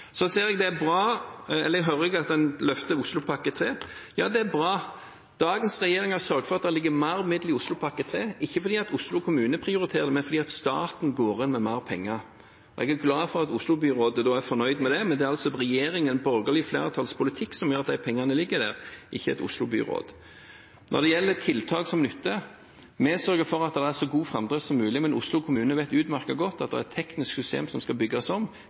Så hører jeg at en løfter Oslopakke 3. Det er bra. Dagens regjering har sørget for at det ligger mer midler i Oslopakke 3, ikke fordi Oslo kommune prioriterer mer, men fordi staten går inn med mer penger. Jeg er glad for at Oslo-byrådet er fornøyd med det, men det er altså regjeringen, borgerlig flertalls politikk, som gjør at de pengene ligger der, ikke et Oslo-byråd. Når det gjelder tiltak som nytter: Vi sørger for at det er så god framdrift som mulig, men Oslo kommune vet utmerket godt at det er et teknisk system som skal bygges om.